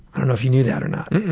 i don't know if you knew that or not,